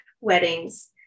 weddings